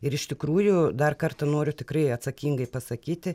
ir iš tikrųjų dar kartą noriu tikrai atsakingai pasakyti